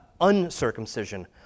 uncircumcision